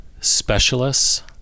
specialists